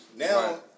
Now